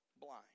blind